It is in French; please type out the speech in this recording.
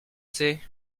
sait